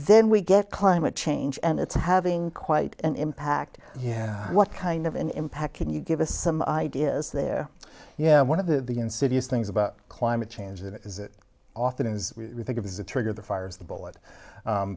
then we get climate change and it's having quite an impact yeah what kind of an impact can you give us some ideas there yeah one of the insidious things about climate change that is it often is we think of as a trigger the fires the b